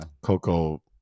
Coco